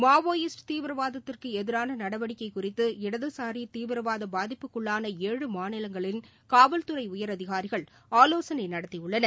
Maoist தீவிரவாதத்துக்கு எதிரான நடவடிக்கை குறித்து இடதுசாரி தீவிரவாத பாதிப்புக்குள்ளான ஏழு மாநிலங்களின் காவல்துறை உயரதிகாரிகள் ஆலோசனை நடத்தியுள்ளனர்